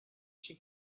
she